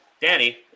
Danny